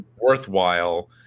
worthwhile